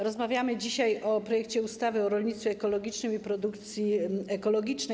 Rozmawiamy dzisiaj o projekcie ustawy o rolnictwie ekologicznym i produkcji ekologicznej.